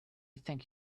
thank